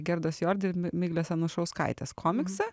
gerdos jord ir mi miglės anušauskaitės komiksą